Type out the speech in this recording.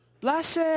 blessed